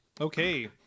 Okay